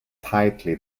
tightly